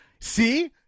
See